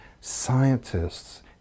scientists